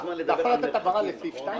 אתה יכול לתת הבהרה לסעיף 2?